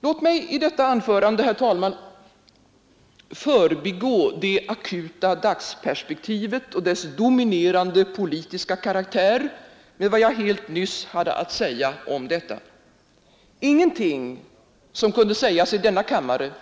Låt mig i detta anförande, herr talman, förbigå det akuta dagsperspektivet och dess dominerande politiska karaktär med vad jag helt nyss hade att säga om detta. Ingenting som kunde sägas i denna kammare